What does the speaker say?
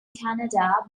canada